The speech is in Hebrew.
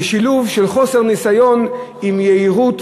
זה שילוב של חוסר ניסיון עם יהירות,